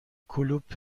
کلوپ